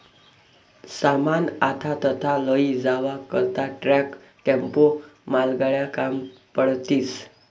सामान आथा तथा लयी जावा करता ट्रक, टेम्पो, मालगाड्या काम पडतीस